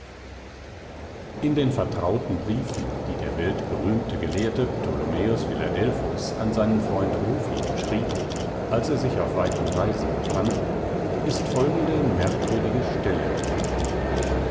in den vertrauten briefen die der weltberühmte gelehrte ptolomäus philadelphus an seinen freund rufin schrieb als er sich auf weiten reisen befand ist folgende merkwürdige stelle enthalten